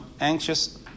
anxious